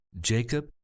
Jacob